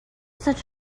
such